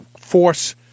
force